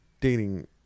dating